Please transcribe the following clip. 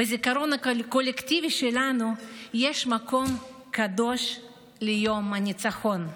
בזיכרון הקולקטיבי שלנו יש מקום קדוש ליום הניצחון.